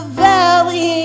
valley